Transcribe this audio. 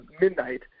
midnight